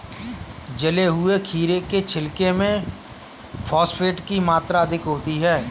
जले हुए खीरे के छिलके में फॉस्फेट की मात्रा अधिक होती है